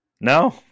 No